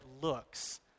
looks